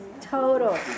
Total